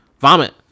vomit